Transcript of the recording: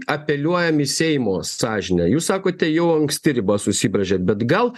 apeliuojam į seimo sąžinę jūs sakote jau anksti ribas užsibrėžėt bet gal